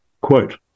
quote